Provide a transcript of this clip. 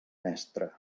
mestre